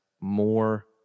more